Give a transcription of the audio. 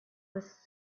was